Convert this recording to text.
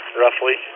roughly